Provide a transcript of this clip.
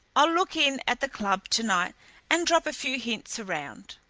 i'll look in at the club to-night and drop a few hints around.